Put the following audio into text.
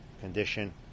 condition